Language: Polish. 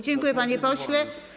Dziękuję, panie pośle.